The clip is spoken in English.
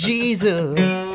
Jesus